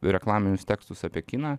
reklaminius tekstus apie kiną